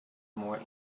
more